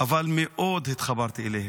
אבל מאוד התחברתי אליהם.